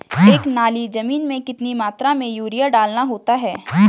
एक नाली जमीन में कितनी मात्रा में यूरिया डालना होता है?